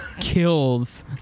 kills